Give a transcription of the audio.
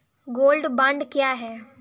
Gold bond क्या है?